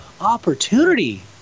opportunity